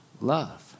love